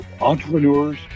entrepreneurs